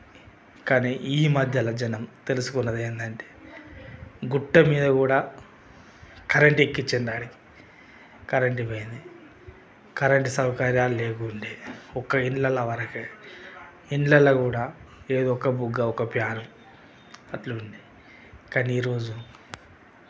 కానీ ఈ మధ్యల జనం తెలుసుకున్నదేందంటే గుట్ట మీద కూడా కరెంట్ ఎక్కిచ్చేస్తున్నారు కరెంట్ పోయింది కరెంట్ సౌకర్యం లేకుండే ఒక ఇల్లల వరకే ఇండ్లల్లో కూడా ఏదో ఒక బుగ్గ ఒక ప్యాన్ అట్లుండే కానీ ఈ రోజు